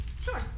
Sure